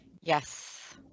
Yes